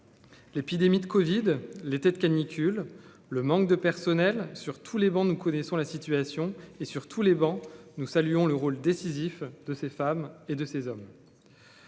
L'épidémie de Covid les têtes canicule, le manque de personnel sur tous les bancs, nous connaissons la situation et sur tous les bancs, nous saluons le rôle décisif de ces femmes et de ces hommes.